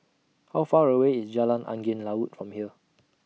How Far away IS Jalan Angin Laut from here